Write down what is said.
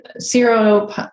zero